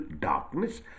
darkness